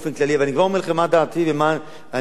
אבל אני כבר אומר לכם מה דעתי ומה אני אוביל: